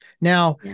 Now